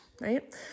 right